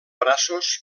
braços